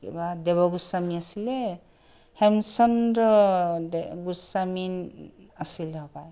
কিবা দেৱগোস্বামী আছিলে হেমচন্দ্ৰ দে গোস্বামী আছিলে হপায়